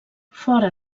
fora